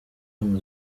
nama